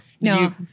No